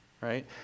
right